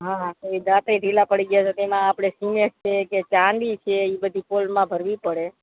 હા તો એ દાંતેય ઢીલા પડી ગયા છે તો એમાં આપણે સિમેન્ટ છે કે ચાંદી છે એ બધી પોલમાં ભરવી પડે